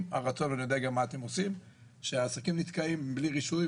מה אתם עושים כשעסקים נתקעים בלי רישוי,